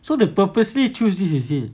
so the purposely choose this is it